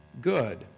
good